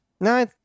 No